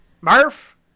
Murph